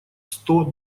сто